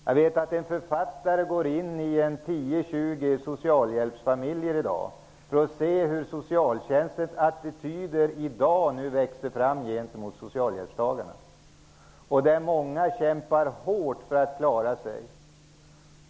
Jag vet en författare som går in i 10--20 socialhjälpsfamiljer för att se hur socialtjänstens nya attityder gentemot socialhjälpstagarna växer fram i dag. Många kämpar hårt för att klara sig.